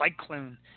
cyclone